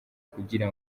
kugira